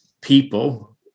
people